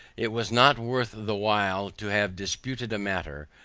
it was not worth the while to have disputed a matter,